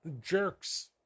jerks